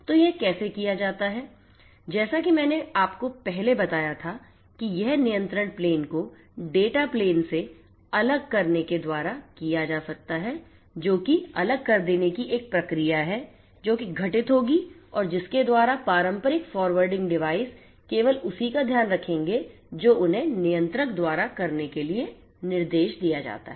तो यह कैसे किया जाता है जैसा कि मैंने आपको पहले बताया था कि यह नियंत्रण प्लेन को डेटा प्लेन से अलग करने के द्वारा किया जा सकता है जो कि अलग कर देने की एक प्रक्रिया है जो कि घटित होगी और जिसके द्वारा पारंपरिक फॉरवर्डिंग डिवाइस केवल उसी का ध्यान रखेंगे जो उन्हें नियंत्रक द्वारा करने के लिए निर्देश दिया जाता है